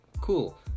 cool